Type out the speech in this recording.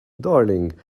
darling